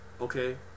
okay